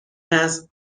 است